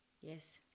Yes